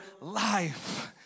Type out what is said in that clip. life